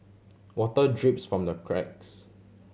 water drips from the cracks